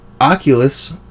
Oculus